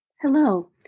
Hello